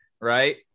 right